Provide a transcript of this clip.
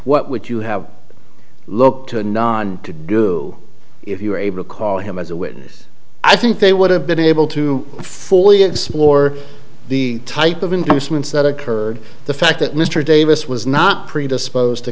what would you have looked to and on to do if you were able to call him as a witness i think they would have been able to fully explore the type of inducements that occurred the fact that mr davis was not predisposed to